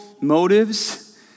motives